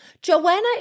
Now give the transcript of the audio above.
Joanna